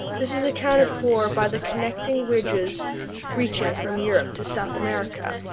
this is accounted for by the connecting ridges reaching from europe to south america.